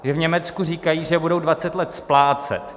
V Německu říkají, že budou dvacet let splácet.